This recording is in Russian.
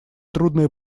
трудные